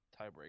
tiebreaker